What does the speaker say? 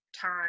time